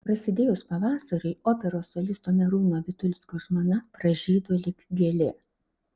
prasidėjus pavasariui operos solisto merūno vitulskio žmona pražydo lyg gėlė